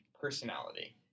personality